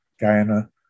Guyana